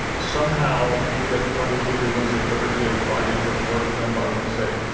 somehow you'd get monday, tuesday, wednesday, thursday, friday's worth of work done by wednesday.